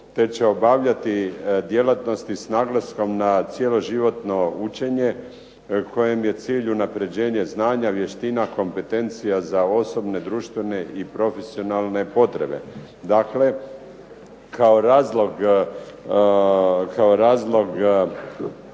te će obavljati djelatnosti s naglaskom na cjeloživotno učenje kojem je cilj unapređenje znanja, vještina, kompetencija za osnovne društvene i profesionalne potrebe. Dakle, kao razlog